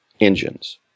engines